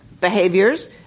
behaviors